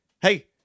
hey